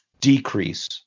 decrease